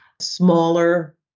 smaller